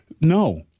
no